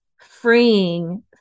freeing